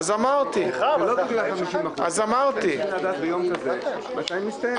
זה לא בגלל 50%. אנשים צריכים לדעת ביום כזה מתי הוא מסתיים.